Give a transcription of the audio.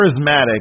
charismatic